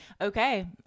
okay